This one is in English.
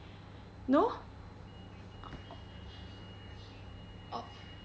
no o~